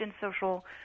social